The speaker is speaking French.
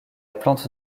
plante